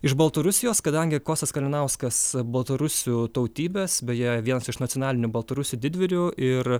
iš baltarusijos kadangi kostas kalinauskas baltarusių tautybės beje vienas iš nacionalinių baltarusių didvyrių ir